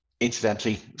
incidentally